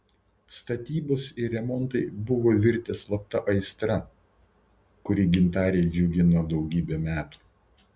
statybos ir remontai buvo virtę slapta aistra kuri gintarę džiugino daugybę metų